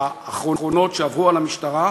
שעברו על המשטרה,